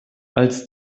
als